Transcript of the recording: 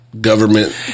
government